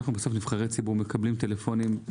אנחנו כנבחרי ציבור מקבלים טלפונים,